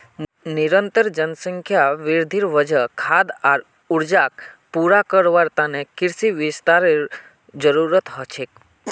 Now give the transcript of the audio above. निरंतर जनसंख्या वृद्धिर वजह खाद्य आर ऊर्जाक पूरा करवार त न कृषि विस्तारेर जरूरत ह छेक